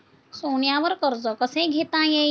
सोन्यावर कर्ज कसे घेता येईल?